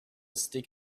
stick